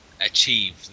achieve